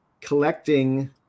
collecting